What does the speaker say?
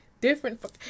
Different